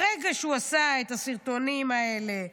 ברגע שהוא עשה את הסרטונים האלה,